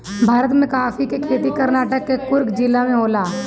भारत में काफी के खेती कर्नाटक के कुर्ग जिला में होला